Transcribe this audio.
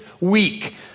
week